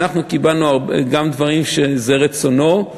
אנחנו קיבלנו גם דברים שזה רצונו,